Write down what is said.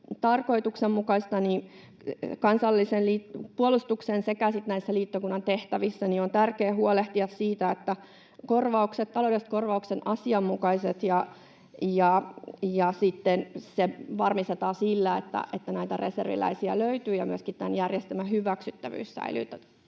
tarkoituksenmukaista niin kansallisen puolustuksen että sitten näissä liittokunnan tehtävissä, on tärkeää huolehtia siitä, että taloudelliset korvaukset ovat asianmukaiset, millä varmistetaan sitä, että näitä reserviläisiä löytyy ja myöskin tämän järjestelmän hyväksyttävyys säilyy